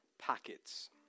packets